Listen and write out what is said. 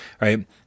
Right